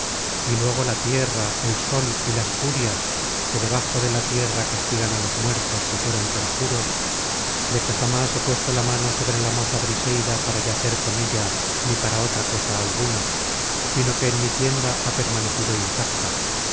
y luego la tierra el sol y las furias que debajo de la tierra castigan á los muertos que fueron perjuros de que jamás he puesto la mano sobre la moza briseida para yacer con ella ni para otra cosa alguna sino que en mi tienda ha permanecido intacta